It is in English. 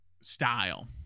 style